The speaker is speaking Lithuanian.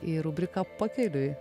į rubriką pakeliui